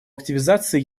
активизации